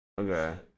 Okay